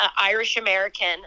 Irish-American